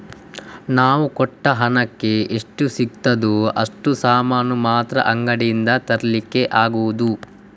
ನಾವು ಕೊಟ್ಟ ಹಣಕ್ಕೆ ಎಷ್ಟು ಸಿಗ್ತದೋ ಅಷ್ಟು ಸಾಮಾನು ಮಾತ್ರ ಅಂಗಡಿಯಿಂದ ತರ್ಲಿಕ್ಕೆ ಆಗುದು